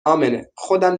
امنهخودم